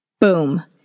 Boom